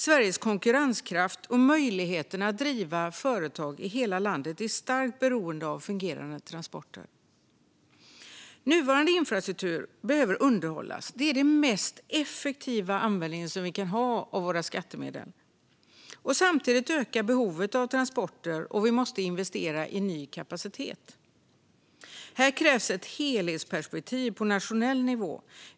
Sveriges konkurrenskraft och möjligheten att driva företag i hela landet är starkt beroende av fungerande transporter. Nuvarande infrastruktur behöver underhållas. Det är den mest effektiva användningen av våra skattemedel. Samtidigt ökar behovet av transporter, och vi måste investera i ny kapacitet. Här krävs ett helhetsperspektiv på nationell nivå.